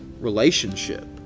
relationship